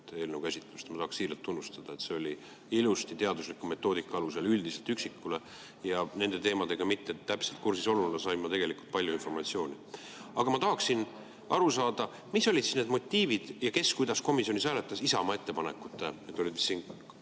eelnõu käsitlust. Ma tahaks siiralt tunnustada, see oli ilusti ette kantud, teadusliku metoodika alusel, üldiselt üksikule. Nende teemadega mitte täpselt kursis olles sain ma tegelikult palju informatsiooni. Aga ma tahaksin aru saada, mis olid need motiivid ja kes kuidas komisjonis hääletas Isamaa ettepanekute puhul. Need olid siin